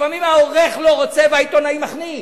לפעמים העורך לא רוצה והעיתונאי מכניס.